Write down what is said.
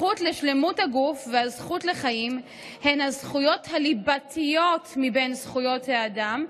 הזכות לשלמות הגוף והזכות לחיים הן הזכויות הליבתיות מבין זכויות האדם,